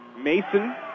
Mason